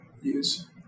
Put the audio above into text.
use